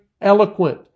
eloquent